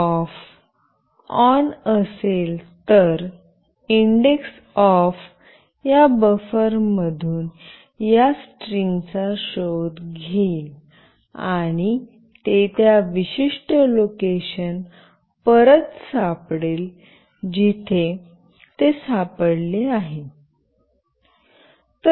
indexOf on असेल तर index of या बफरमधून या स्ट्रिंगचा शोध घेईल आणि ते त्या विशिष्ट लोकेशन परत सापडेल जिथे ते सापडले आहे